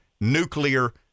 nuclear